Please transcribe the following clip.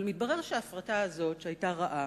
אבל מתברר שההפרטה הזאת, שהיתה רעה